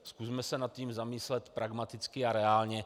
Zkusme se nad tím zamyslet pragmaticky a reálně.